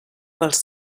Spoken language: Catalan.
pels